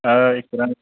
آے